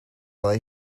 welai